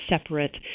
separate